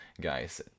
guys